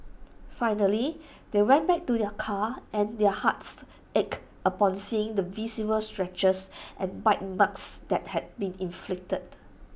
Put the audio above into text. finally they went back to their car and their hearts ached upon seeing the visible scratches and bite marks that had been inflicted